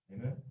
Amen